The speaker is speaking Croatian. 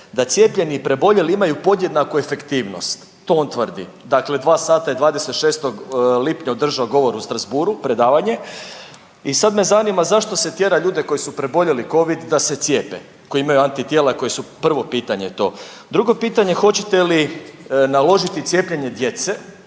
da cijepljeni i preboljeli imaju podjednaku efektivnost, to on tvrdi. Dakle, dva sata je 26. lipnja održao govor u Strasbourgu predavanje i sad me zanima zašto se tjera ljude koji su preboljeli covid da se cijepe koji imaju antitijela koji su? Prvo pitanje je to. Drugo pitanje je hoćete li naložiti cijepljenje djece